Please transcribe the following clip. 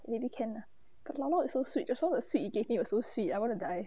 maybe can lah but llaollao is so sweet just now the sweet you gave me is so sweet I want to die